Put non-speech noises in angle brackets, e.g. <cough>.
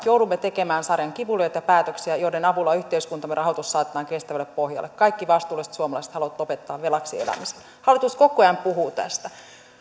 <unintelligible> joudumme tekemään sarjan kivuliaita päätöksiä joiden avulla yhteiskuntamme rahoitus saatetaan kestävälle pohjalle kaikki vastuulliset suomalaiset haluavat lopettaa velaksi elämisen hallitus koko ajan puhuu tästä